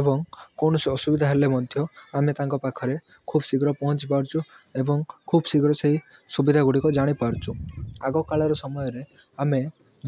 ଏବଂ କୌଣସି ଅସୁବିଧା ହେଲେ ମଧ୍ୟ ଆମେ ତାଙ୍କ ପାଖରେ ଖୁବ୍ ଶୀଘ୍ର ପହଞ୍ଚିପାରୁଛୁ ଏବଂ ଖୁବ୍ ଶୀଘ୍ର ସେଇ ସୁବିଧାଗୁଡ଼ିକ ଜାଣିପାରୁଛୁ ଆଗକାଳର ସମୟରେ ଆମେ